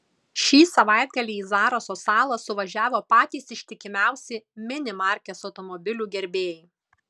šį savaitgalį į zaraso salą suvažiavo patys ištikimiausi mini markės automobilių gerbėjai